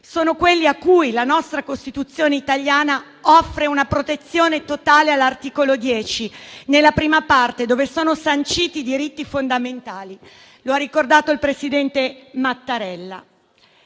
sono quelli a cui la Costituzione italiana offre una protezione totale all'articolo 10, nella prima parte, dove sono sanciti i diritti fondamentali, come ha ricordato il presidente Mattarella.